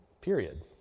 Period